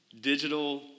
digital